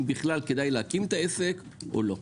אם בכלל כדאי להקים את העסק או לא.